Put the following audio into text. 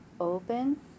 open